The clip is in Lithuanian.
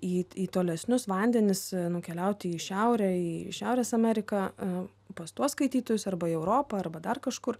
į į tolesnius vandenis nukeliauti į šiaurę į šiaurės ameriką pas tuos skaitytojus arba į europą arba dar kažkur